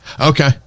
Okay